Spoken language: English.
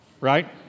right